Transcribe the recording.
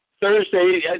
Thursday